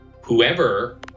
whoever